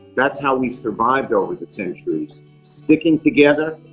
that's how we've survived over the centuries. sticking together,